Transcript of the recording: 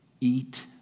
eat